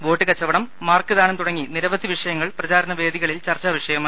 vote കച്ചവടം മാർക്ക്ദാനം തുടങ്ങി നിര വധി വിഷയങ്ങൾ പ്രചാരണ വേദികളിൽ ചർച്ചാ വിഷയമായി